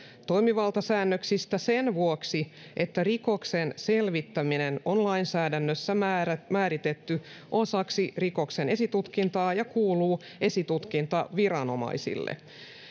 toimivaltasäännöksistä sen vuoksi että rikoksen selvittäminen on lainsäädännössä määritetty osaksi rikoksen esitutkintaa ja kuuluu esitutkintaviranomaisille